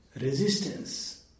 resistance